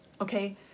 Okay